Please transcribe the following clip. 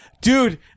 Dude